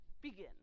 Begin